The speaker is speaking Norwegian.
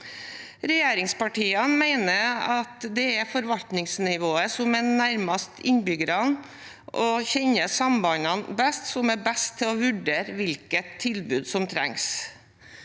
Regjeringspartiene mener at det er forvaltningsnivået som er nærmest innbyggerne, og som kjenner sambandene best, som er best til å vurdere hvilket tilbud som trengs.